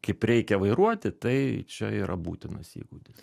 kaip reikia vairuoti tai čia yra būtinas įgūdis